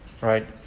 Right